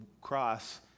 cross